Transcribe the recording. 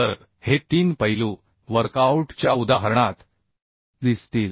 तर हे तीन पैलू वर्कआऊट च्या उदाहरणात दिसतील